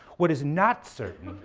what is not certain,